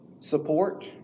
support